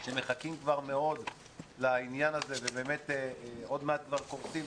שמחכים מאוד לעניין הזה ובאמת עוד מעט קורסים,